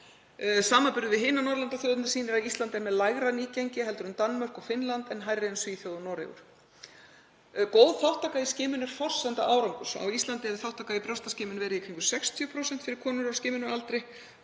Samanburður við hinar Norðurlandaþjóðirnar sýnir að Ísland er með lægra nýgengi en Danmörk og Finnland en hærri en Svíþjóð og Noregur. Góð þátttaka í skimun er forsenda árangurs. Á Íslandi hefur þátttaka í brjóstaskimun verið í kringum 60% fyrir konur á skimunaraldri,